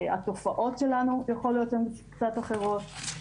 התופעות שלנו יכול להיות שהן קצת אחרות.